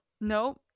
no